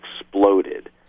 exploded